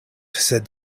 said